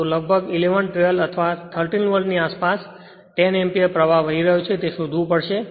તેથી લગભગ 11 12 અથવા 13 વોલ્ટની આસપાસ 10 એમ્પીયર પ્રવાહ વહી રહ્યો છે તે શોધશું પડશે